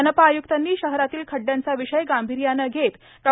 मनपा आय्क्तांनी शहरातील खड्ड्यांचा विषय गांभीर्याने घेत डॉ